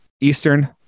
Eastern